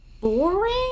boring